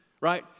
Right